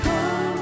Come